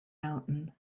mountain